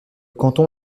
canton